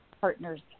partners